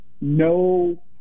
no